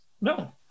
No